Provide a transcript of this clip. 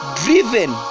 driven